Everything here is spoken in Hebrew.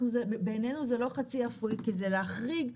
בעינינו זה לא חצי אפוי, כי זה להחריג.